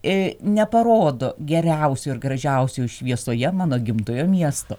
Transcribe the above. ir neparodo geriausių ir gražiausių šviesoje mano gimtojo miesto